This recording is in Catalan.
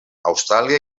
austràlia